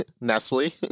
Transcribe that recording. Nestle